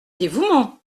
dévouement